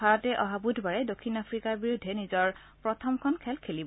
ভাৰতে অহা বুধবাৰে দক্ষিণ আফ্ৰিকাৰ বিৰুদ্ধে নিজৰ প্ৰথমখন খেল খেলিব